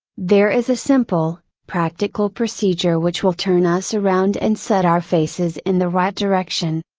there is a simple, practical procedure which will turn us around and set our faces in the right direction.